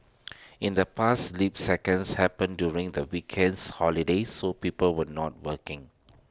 in the past leap seconds happened during the weekends holidays so people were not working